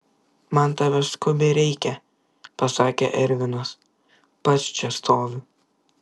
man tavęs skubiai reikia pasakė ervinas pats čia stoviu